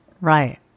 Right